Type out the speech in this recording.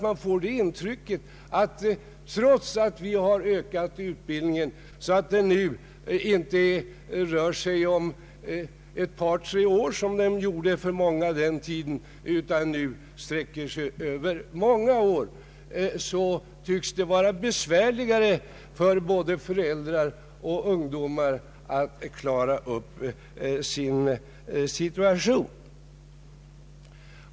Man får det intrycket att trots att vi har förbättrat utbildningen — den sträcker sig numera inte bara över ett par, tre år som den tidigare gjorde för många utan över många år — tycks det i dag vara besvärligare för både föräldrar och ungdomar att klara upp sin situation.